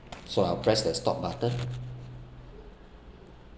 so I'll press the stop button